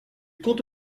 compte